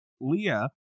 Leah